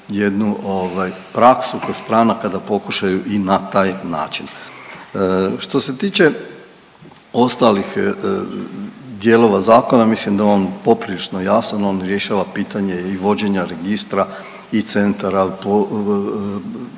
jednu praksu kod stranaka da pokušaju i na taj način. Što se tiče ostalih dijelova zakona, mislim da je on poprilično jasan, on rješava pitanje i vođenja registra i centara registra